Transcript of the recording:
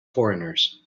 foreigners